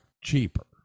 cheaper